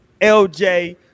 lj